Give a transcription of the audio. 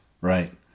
Right